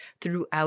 throughout